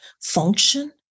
function